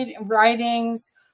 writings